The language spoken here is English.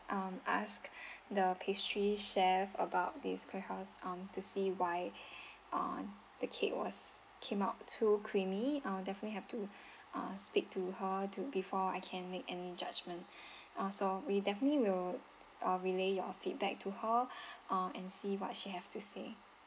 um ask the pastry chef about this because um to see why um the cake was came out too creamy I'll definitely have to uh speak to her to before I can make any judgement uh so we definitely will uh relay your feedback to her uh and see what she have to say